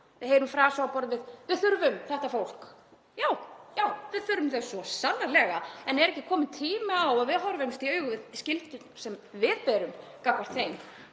Við heyrum frasa á borð við: Við þurfum þetta fólk. Já, við þurfum það svo sannarlega, en er ekki kominn tími á að við horfumst í augu við skyldurnar sem við berum gagnvart þeim?